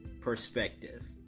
perspective